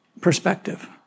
perspective